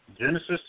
Genesis